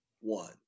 one